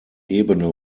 ebene